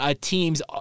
teams